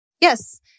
Yes